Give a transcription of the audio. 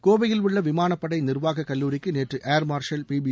கோவையில் உள்ள விமானப்படை நிர்வாக கல்லுரிக்கு நேற்று ஏர்மார்ஷல் பிபி